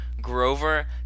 Grover